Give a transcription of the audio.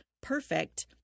perfect